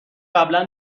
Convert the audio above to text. قبلا